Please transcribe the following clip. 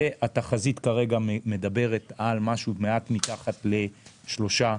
והתחזית כרגע מדברת על משהו מעט מתחת ל-3%.